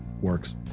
works